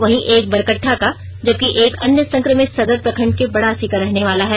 वहीं एक बरकट्ठा का जबकि एक अन्य संक्रमित सदर प्रखंड के बड़ासी का रहने वाला है